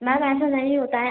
ma'am ऐसा नहीं होता है